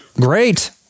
Great